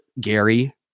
Gary